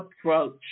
approach